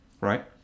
right